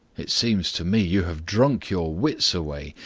it seems to me you have drunk your wits away.